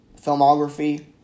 filmography